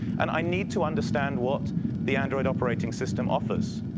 and i need to understand what the android operating system offers.